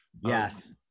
Yes